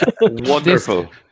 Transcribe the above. Wonderful